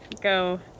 go